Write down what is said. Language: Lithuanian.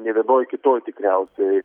nė vienoj kitoj tikriausiai